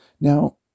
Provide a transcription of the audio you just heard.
Now